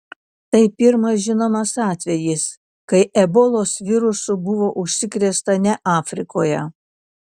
tai pirmas žinomas atvejis kai ebolos virusu buvo užsikrėsta ne afrikoje